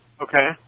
Okay